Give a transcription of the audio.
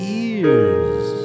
ears